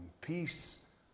peace